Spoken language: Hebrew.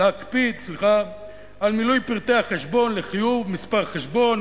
על מילוי פרטי החשבון לחיוב: מספר חשבון,